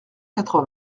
quatre